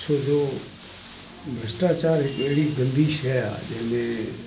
छोजो भ्रष्टाचार हिकु अहिड़ी गंदी शइ आ जंहिंमें